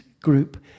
group